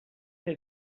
que